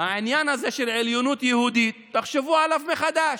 העניין הזה של עליונות יהודית, תחשבו עליו מחדש.